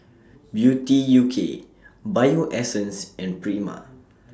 Beauty U K Bio Essence and Prima